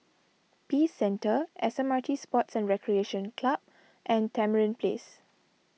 Peace Centre S M R T Sports and Recreation Club and Tamarind Place